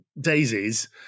daisies